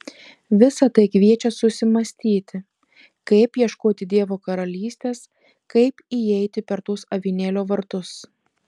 visa tai kviečia susimąstyti kaip ieškoti dievo karalystės kaip įeiti per tuos avinėlio vartus